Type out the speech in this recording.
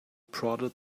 prodded